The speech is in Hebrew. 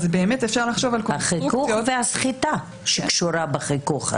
אפשר לחשוב על --- החיכוך והסחיטה שקשורה בחיכוך הזה.